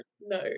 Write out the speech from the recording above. no